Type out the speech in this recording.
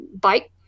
bike